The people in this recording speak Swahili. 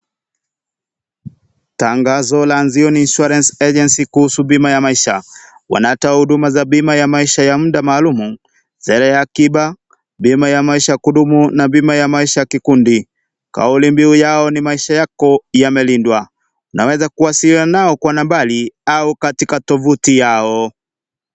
Tangazo la zioni insurance agency kuhusu bima ya maisha, wanatoa huduma za bima ya maisha ya muda maalum sherehe ya akiba, bima ya maisha kudumu na bima ya maisha ya kikundi, kauli mbio yao ni maisha yako yamelindwa unaweza kuwasiliana nao kwa nambari au katika tovuti yao.